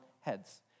heads